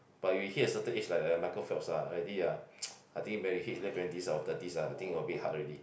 but you hit a certain age like uh Michael-Phelps ah already ah I think when he hit his late twenty or thirty ah I think a bit hard already